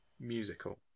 musical